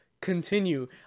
continue